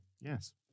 Yes